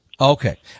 Okay